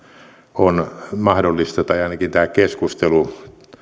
on mahdollista tai ainakin keskustelu